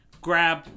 grab